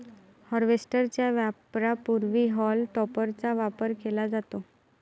harvester च्या वापरापूर्वी हॉल टॉपरचा वापर केला जातो